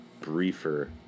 briefer